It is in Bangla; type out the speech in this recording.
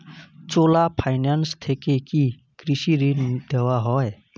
চোলা ফাইন্যান্স থেকে কি কৃষি ঋণ দেওয়া হয়?